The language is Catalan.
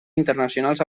internacionals